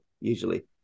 Usually